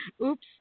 Oops